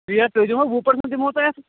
rate تۅہہِ دِمہو وُہ پٔرسَنٛٹ دِمہو تۅہہِ اَتھ